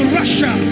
russia